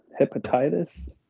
hepatitis